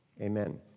Amen